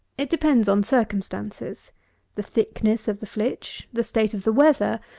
it depends on circumstances the thickness of the flitch, the state of the weather,